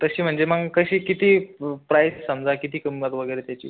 तशी म्हणजे मग कशी किती प्राईस समजा किती किंमत वगैरे त्याची